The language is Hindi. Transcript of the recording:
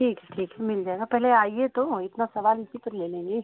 ठीक है ठीक है मिल जाएगा पहले आइए तो इतना सवाल इसी पर ले लेंगी